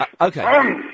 Okay